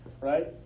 right